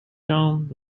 terms